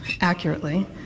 accurately